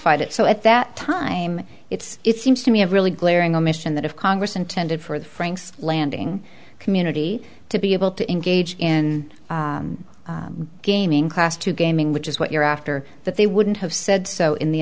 codified it so at that time it's it seems to me a really glaring omission that if congress intended for the franks landing community to be able to engage in gaming class to gaming which is what you're after that they wouldn't have said so in the